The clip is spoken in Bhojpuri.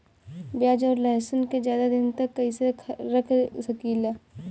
प्याज और लहसुन के ज्यादा दिन तक कइसे रख सकिले?